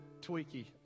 tweaky